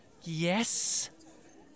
Yes